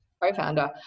Co-founder